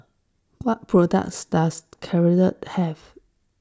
what products does Caltrate have